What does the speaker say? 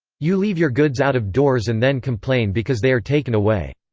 you leave your goods out of doors and then complain because they are taken away.